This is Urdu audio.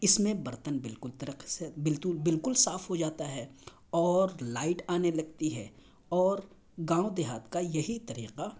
اس میں برتن بالکل طرق سے بالکل صاف ہو جاتا ہے اور لائٹ آنے لگتی ہے اور گاؤں دیہات كا یہی طریقہ